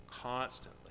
constantly